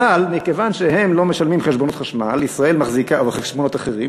אבל מכיוון שהם לא משלמים חשבונות חשמל וחשבונות אחרים,